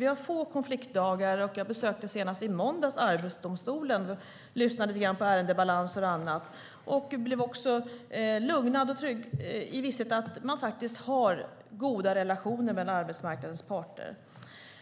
Vi har få konfliktdagar. Jag besökte senast i måndags Arbetsdomstolen och lyssnade när man talade om ärendebalanser och annat. Jag blev också lugnad i visshet om att man faktiskt har goda relationer med arbetsmarknadens parter.